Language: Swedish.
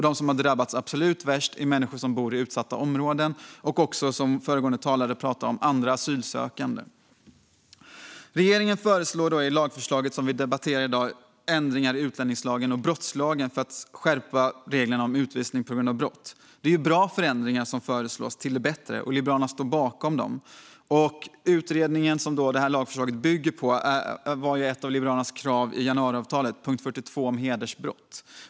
De som har drabbats absolut värst är människor som bor i utsatta områden och, som föregående talare sa, andra asylsökande. Regeringen föreslår i lagförslaget som vi debatterar i dag ändringar i utlänningslagen och brottsbalken för att skärpa reglerna om utvisning på grund av brott. Det är bra förändringar som föreslås, och Liberalerna står bakom dem. Utredningen som lagförslaget bygger på var ett av Liberalernas krav i januariavtalet, punkt 42 om hedersbrott.